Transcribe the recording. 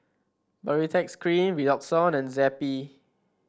Baritex Cream Redoxon and Zappy